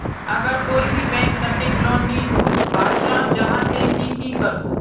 अगर कोई भी बैंक कतेक लोन नी दूध बा चाँ जाहा ते ती की करबो?